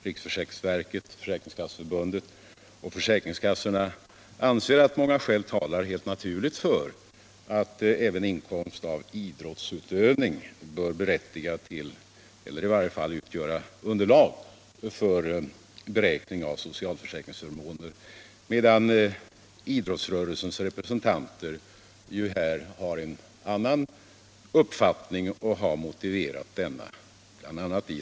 Riksförsäkringsverket, Försäkringskasseförbundet och försäkringskassorna anser att många skäl helt naturligt talar för att även inkomst av idrottsutövning bör utgöra underlag för beräkningen av socialförsäkringsförmåner, medan idrottsrörelsens representanter här har en annan uppfattning. Herr talman!